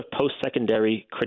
post-secondary